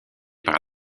par